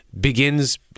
begins